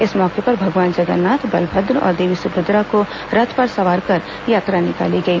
इस मौके पर भगवान जगन्नाथ बलभद्र और देवी सुभद्रा को रथ पर सवार कर यात्रा निकाली गई